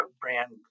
brand